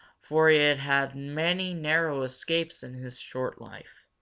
for he had had many narrow escapes in his short life.